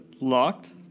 locked